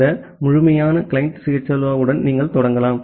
இந்த முழுமையான client CHLO உடன் நீங்கள் தொடங்கலாம்